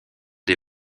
des